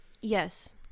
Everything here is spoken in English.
Yes